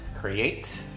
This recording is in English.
create